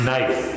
Nice